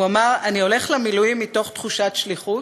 הוא אמר: אני הולך למילואים מתוך תחושת שליחות,